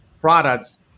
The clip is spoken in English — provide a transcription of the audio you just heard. products